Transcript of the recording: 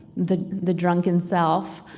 the the drunken self.